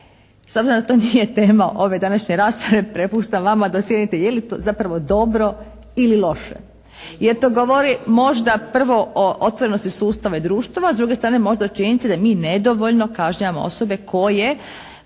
S obzirom da to nije tema ove današnje rasprave prepuštam vama da ocijenite je li to zapravo dobro ili loše? Je li to govori možda prvo o otvorenosti sustava i društva, s druge strane možda se čini da mi nedovoljno kažnjavamo osobe koje